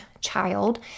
child